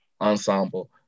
ensemble